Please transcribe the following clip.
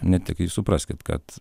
ne tik jus supraskit kad